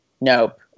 nope